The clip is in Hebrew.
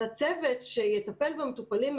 זה כאמור דבר פיזי, אם